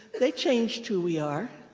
they changed who we are,